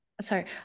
Sorry